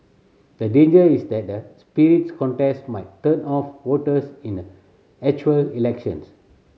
the danger is that the spirited contest might turn off voters in a actual election